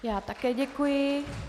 Já také děkuji.